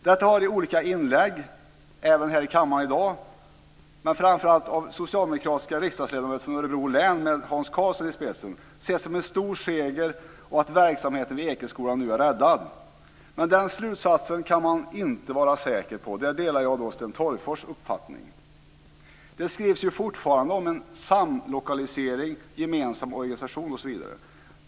Det har i olika inlägg, även här i kammaren i dag men framför allt av socialdemokratiska riksdagsledamöter från Örebro län, med Hans Karlsson i spetsen, setts som en stor seger och som att verksamheten vid Ekeskolan nu är räddad. Men den slutsatsen kan man inte vara säker på. Där delar jag Sten Tolgfors uppfattning. Det skrivs ju fortfarande om en samlokalisering, gemensam organisation osv.